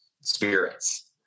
spirits